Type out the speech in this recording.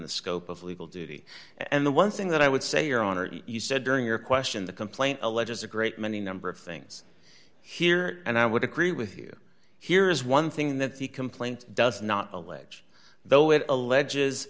the scope of legal duty and the one thing that i would say your honor you said during your question the complaint alleges a great many number of things here and i would agree with you here is one thing that the complaint does not a leg though it allege